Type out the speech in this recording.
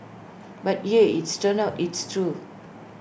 but yeah it's turns out it's true